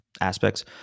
aspects